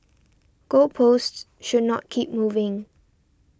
goal posts should not keep moving